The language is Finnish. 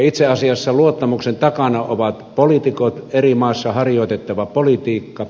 itse asiassa luottamuksen takana ovat poliitikot eri maissa harjoitettava politiikka